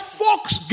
folks